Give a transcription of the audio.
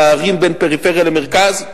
פערים בין פריפריה למרכז,